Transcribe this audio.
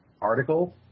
article